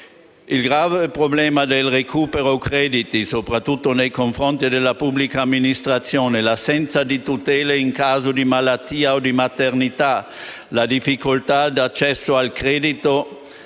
Il grave problema del recupero crediti soprattutto nei confronti della pubblica amministrazione, l'assenza di tutele in caso di malattia o maternità, la difficoltà di accesso al credito,